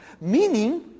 meaning